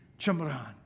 Chamran